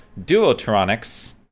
duotronics